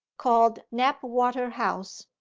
called knapwater house,